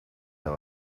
they